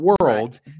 world